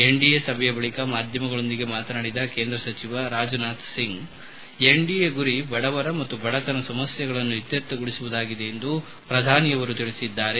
ಎನ್ಡಿಎಯ ಸಭೆಯ ಬಳಿಕ ಮಾಧ್ಯಮಗಳೊಂದಿಗೆ ಮಾತನಾಡಿದ ಕೇಂದ್ರ ಸಚಿವ ರಾಜನಾಥ್ ಸಿಂಗ್ ಎನ್ಡಿಎ ಗುರಿ ಬಡವರ ಮತ್ತು ಬಡತನ ಸಮಸ್ನೆಗಳನ್ನು ಇತ್ಲರ್ಥಗೊಳಿಸುವುದಾಗಿದೆ ಎಂದು ಪ್ರಧಾನಿ ನರೇಂದ್ರ ಮೋದಿ ಹೇಳಿದ್ದಾರೆ